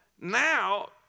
Now